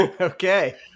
Okay